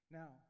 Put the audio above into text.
now